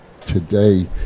today